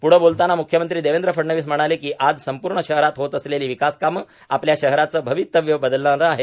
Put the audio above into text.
प्ढे बोलताना म्ख्यमंत्री देवेंद्र फडणवीस म्हणाले कि आज संपूर्ण शहरात होत असलेली विकासकाम आपल्या शहराचे भवितव्य बदलविणारे आहे